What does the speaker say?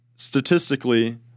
Statistically